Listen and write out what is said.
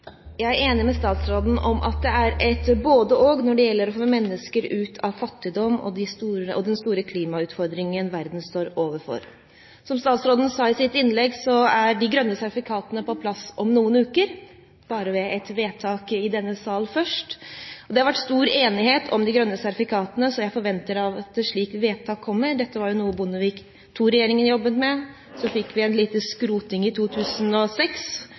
Jeg er enig med statsråden i at det er et både–og når det gjelder å få mennesker ut av fattigdom og den store klimautfordringen verden står overfor. Som statsråden sa i sitt innlegg, er de grønne sertifikatene på plass om noen uker, bare ved et vedtak i denne sal først. Det har vært stor enighet om de grønne sertifikatene, så jeg forventer at et slikt vedtak kommer. Dette var jo noe Bondevik II-regjeringen jobbet med. Så fikk vi en liten skroting i 2006,